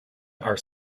are